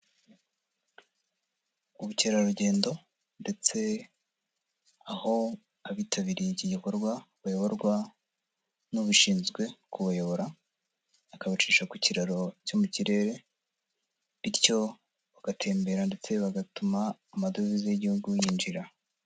Ubukerarugendo ndetse aho abitabiriye iki gikorwa bayoborwa n'ubishinzwe kubayobora, akabacisha ku kiraro cyo mu kirere bityo bagatembera ndetse bagatuma amadovize y'Igihugu yinjira.